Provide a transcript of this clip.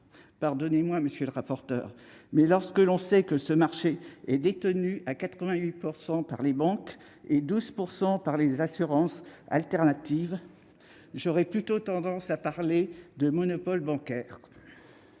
Pardonnez-moi, monsieur le rapporteur, mais lorsque l'on sait que ce marché est détenu à 88 % par les banques ... Cela ne veut rien dire !... et à 12 % par les assurances alternatives, j'aurais plutôt tendance à parler de « monopole bancaire